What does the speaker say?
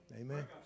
Amen